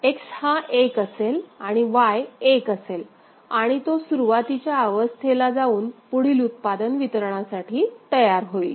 X हा एक असेल आणि Y एक असेल आणि तो सुरुवातीच्या अवस्थेला जाऊन पुढील उत्पादन वितरणासाठी तयार होईल